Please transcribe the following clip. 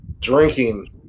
drinking